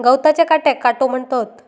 गवताच्या काट्याक काटो म्हणतत